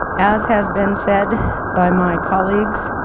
as has been said by my colleagues,